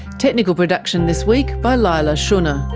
technical production this week by leila shunnar,